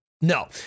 no